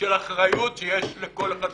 של אחריות שיש לכל אחד לשני,